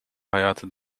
hayatı